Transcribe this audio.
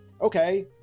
okay